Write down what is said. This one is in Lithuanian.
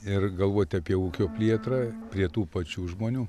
ir galvoti apie ūkio plėtrą prie tų pačių žmonių